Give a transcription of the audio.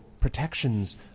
protections